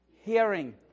hearing